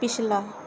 ਪਿਛਲਾ